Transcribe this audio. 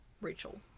Rachel